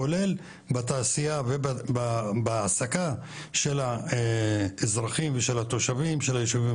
כולל בתעשייה ובהעסקה של האזרחים ושל התושבים של היישובים